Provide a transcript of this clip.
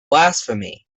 blasphemy